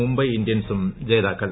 മുംബൈ ഇന്ത്യൻസും ജേതാക്കൾ